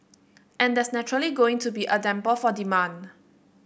and that's naturally going to be a damper for demand